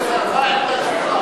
מה העמדה שלך, כבוד השר?